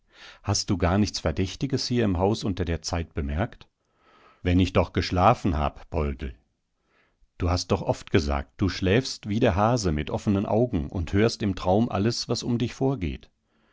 hast du gar nichts verdächtiges hier im haus unter der zeit bemerkt wenn ich doch geschlafen hab poldl du hast doch oft gesagt du schläfst wie der hase mit offenen augen und hörst im traum alles was um dich vorgeht